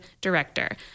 Director